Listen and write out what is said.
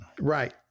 Right